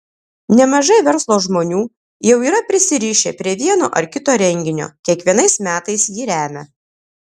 nemažai verslo žmonių jau yra prisirišę prie vieno ar kito renginio kiekvienais metais jį remią